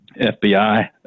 FBI